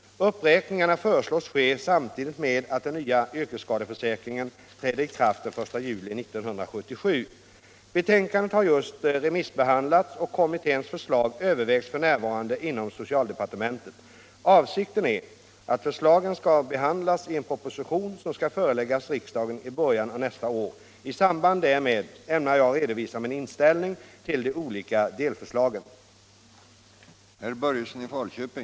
Uppräkningarna föreslås ske samtidigt med att den nya arbetsskadeförsäkringen träder i kraft den 1 juli 1977. Betänkandet har just remissbehandlats och kommitténs förslag övervägs f. n. inom socialdepartementet. Avsikten är att förslagen skall behandlas i en proposition, som skall föreläggas riksdagen i början av nästa år. I samband därmed ämnar jag redovisa min inställning till de olika delförslagen.